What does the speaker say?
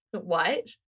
White